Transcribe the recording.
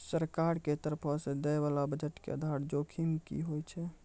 सरकार के तरफो से दै बाला बजट के आधार जोखिम कि होय छै?